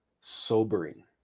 sobering